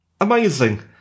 Amazing